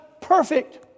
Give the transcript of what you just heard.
perfect